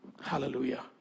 Hallelujah